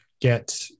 get